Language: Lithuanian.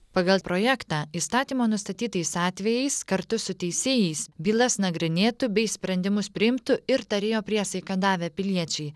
pagal projektą įstatymo nustatytais atvejais kartu su teisėjais bylas nagrinėtų bei sprendimus priimtų ir tarėjo priesaiką davę piliečiai